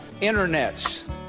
internets